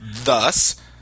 thus